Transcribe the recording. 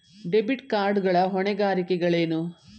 Debit card ಗಳ ಹೊಣೆಗಾರಿಕೆಗಳೇನು?